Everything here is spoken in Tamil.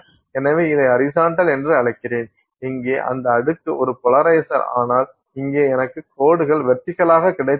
எனவே இதை ஹரிசாண்டல் என்று அழைக்கிறேன் இங்கே இந்த அடுக்கு ஒரு போலரைஷர் ஆனால் இங்கே எனக்கு கோடுகள் வெர்டிகலாக கிடைத்துள்ளன